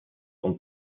und